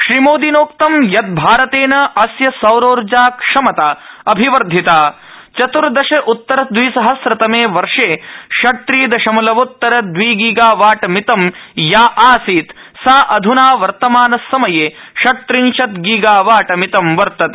श्रोमोदिनोक्तं यत् भारतेन अस्य सौरोर्जाक्षमता अभिवर्धिता चत्र्दश उत्तर द्विसहस्रतमे वर्षे षट् त्रि दशमलवोत्तर द्वि गीगावाटमितं या आसीत् सा अध्ना वर्तमानसमये षटत्रिंशत् गीगावाट्मितं वर्तते